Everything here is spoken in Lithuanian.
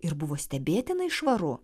ir buvo stebėtinai švaru